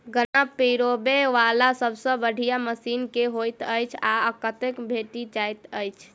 गन्ना पिरोबै वला सबसँ बढ़िया मशीन केँ होइत अछि आ कतह भेटति अछि?